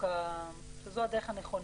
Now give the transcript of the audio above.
זו הדרך הנכונה.